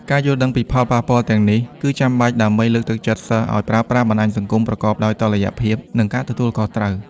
ការយល់ដឹងពីផលប៉ះពាល់ទាំងនេះ គឺចាំបាច់ដើម្បីលើកទឹកចិត្តសិស្សឱ្យប្រើប្រាស់បណ្ដាញសង្គមប្រកបដោយតុល្យភាព និងការទទួលខុសត្រូវ។